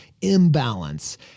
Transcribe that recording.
imbalance